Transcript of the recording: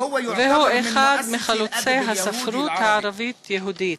והוא אחד מחלוצי הספרות הערבית-יהודית.